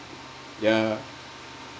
yeah